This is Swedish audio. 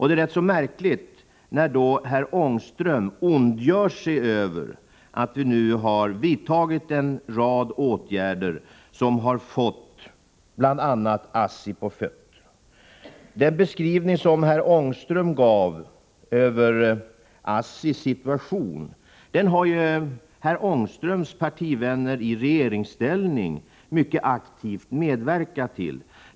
Det är märkligt att herr Ångström ondgör sig över att vi nu har vidtagit en rad åtgärder som fått bl.a. ASSI på fötter. ASSI:s situation, som herr Ångström gav en beskrivning av, har ju herr Ångströms partivänner i regeringsställning mycket aktivt medverkat till.